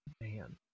Man